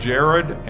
Jared